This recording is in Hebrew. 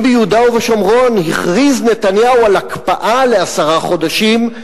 אם ביהודה ושומרון הכריז נתניהו על הקפאה לעשרה חודשים,